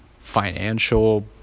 financial